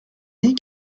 dit